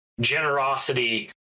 generosity